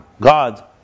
God